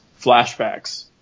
flashbacks